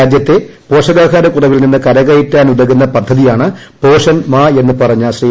രാജൃത്തെ പോഷകാഹാരക്കുറവിൽ നിന്ന് കരകയ്ട്രാനുതകുന്ന പദ്ധതിയാണ് പോഷൺ മാ എന്ന് പറഞ്ഞ ശ്രീ